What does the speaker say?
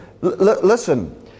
listen